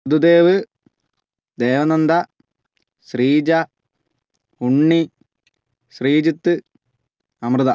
Drudev Devananda Sreeja Unni Sreejith Amrita